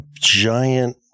giant